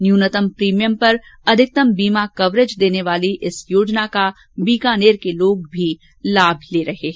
न्यूनतम प्रीमियम पर अधिकतम बीमा कवरेज देने वाली इस योजना का बीकानेर के लोग भी लाभ उठा रहे हैं